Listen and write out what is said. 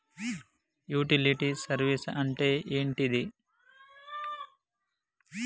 Utility service అంటే ఏంటిది?